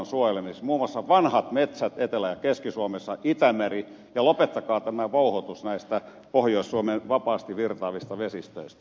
huomioikaa muun muassa vanhat metsät etelä ja keski suomessa itämeri ja lopettakaa tämä vouhotus näistä pohjois suomen vapaasti virtaavista vesistöistä